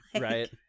right